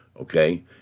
Okay